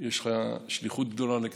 יש לך שליחות גדולה על הכתפיים,